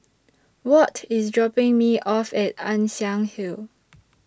Watt IS dropping Me off At Ann Siang Hill